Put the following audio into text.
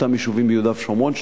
אותם יישובים ביהודה ושומרון שנכללים.